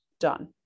done